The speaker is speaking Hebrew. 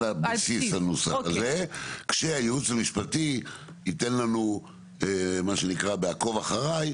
בסיס הנוסח הזה כשהייעוץ המשפטי ייתן לנו ב'עקוב אחרי'